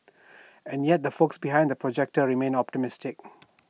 and yet the folks behind the projector remain optimistic